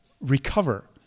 recover